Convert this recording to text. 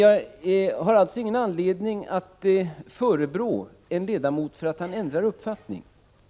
Jag har som sagt ingen anledning att förebrå en ledamot för att han ändrar uppfattning.